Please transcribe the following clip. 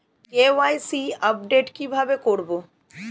KYC update কি ভাবে করবো?